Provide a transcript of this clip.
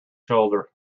shoulder